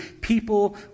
people